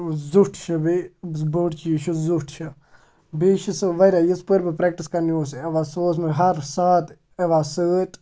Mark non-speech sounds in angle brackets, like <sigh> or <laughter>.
زیُٹھ چھُ بیٚیہِ <unintelligible> بوٚڈ چیٖز چھُ زیُٹھ چھِ بیٚیہِ چھِ سُہ واریاہ یِتھ پٲٹھۍ بہٕ پرٛٮ۪کٹِس کَرنہِ اوس یِوان سُہ اوس مےٚ ہَر ساتہٕ یِوان سۭتۍ